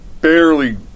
barely